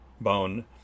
bone